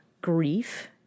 grief